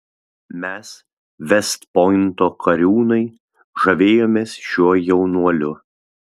mes vest pointo kariūnai žavėjomės šiuo jaunuoliu